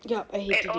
ya I hated it